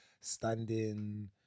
standing